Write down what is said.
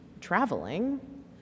traveling